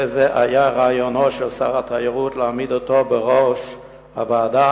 וזה היה הרעיון של שר התיירות להעמיד אותו בראש הוועדה,